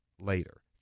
later